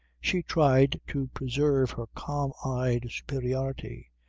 she tried to preserve her calm-eyed superiority.